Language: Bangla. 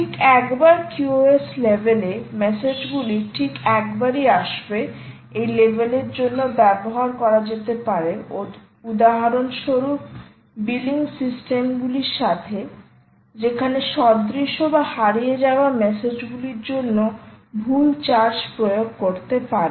ঠিক একবার QoS লেভেলে মেসেজগুলি ঠিক একবারই আসবে এই লেভেলের জন্য ব্যবহার করা যেতে পারে উদাহরণস্বরূপ বিলিং সিস্টেমগুলির সাথে যেখানে সদৃশ বা হারিয়ে যাওয়া মেসেজগুলির জন্য ভুল চার্জ প্রয়োগ করতে পারে